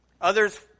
Others